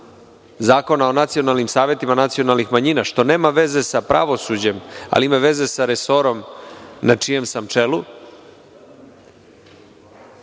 Zakona o nacionalnim savetima nacionalnih manjina, što nema veze sa pravosuđem, ali ima veze sa resorom na čijem sam čelu,